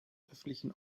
öffentlichen